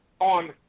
on